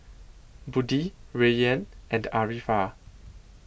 Budi Rayyan and Arifa